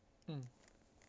mm